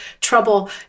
trouble